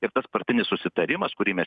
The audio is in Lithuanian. ir tas partinis susitarimas kurį mes